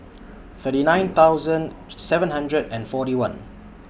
thirty nine thousand seven hundred and forty one